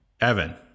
Evan